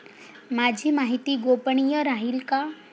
माझी माहिती गोपनीय राहील का?